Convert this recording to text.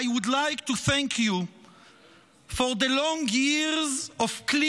I would like to thank you for the long years of clear